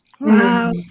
Wow